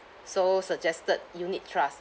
so suggested unit trust